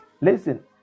Listen